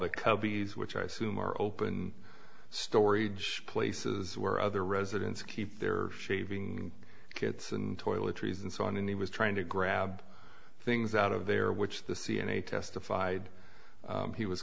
the cubbies which i assume are open story places where other residents keep their shaving kits and toiletries and so on and he was trying to grab things out of there which the c n a testified he was